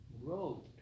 road